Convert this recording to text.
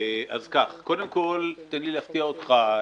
תן להפתיע אותך,